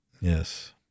Yes